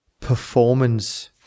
performance